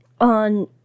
on